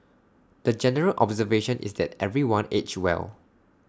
the general observation is that everyone aged well